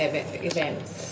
events